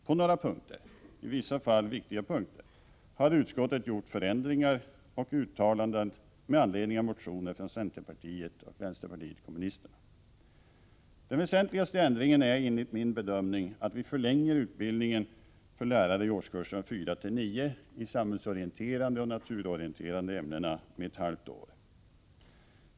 På några punkter, i vissa fall viktiga punkter, har utskottet gjort förändringar och uttalanden med anledning av motioner från centerpartiet och vänsterpartiet kommunisterna. Den väsentligaste ändringen är, enligt min bedömning, att vi förlänger utbildningen för lärare i årskurserna 4-9 i de samhällsorienterande och naturorienterande ämnena med ett halvt år.